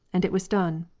and it was done.